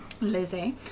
Lizzie